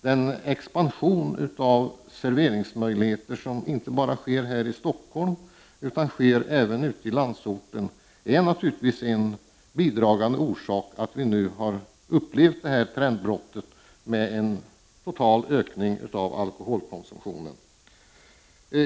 Den expansion av serveringsmöjligheter som sker inte bara här i Stockholm utan även ute i landsorten är naturligtvis en bidragande orsak till att vi nu har upplevt detta trendbrott som innebär en total ökning av alkoholkonsumtionen.